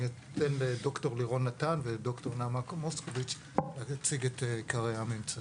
אני אתן לד"ר לירון נתן ולד"ר נעמה מוסקוביץ להציג את עיקרי הממצאים.